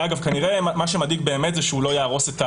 כנראה מה שמדאיג באמת שהוא לא יהרוס את הציוד.